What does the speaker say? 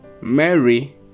mary